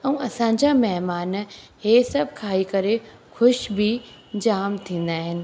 ऐं असांजा महिमान हे सभु खाई करे ख़ुशि बि जाम थींदा आहिनि